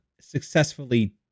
successfully